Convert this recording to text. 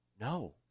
No